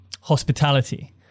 hospitality